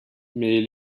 mais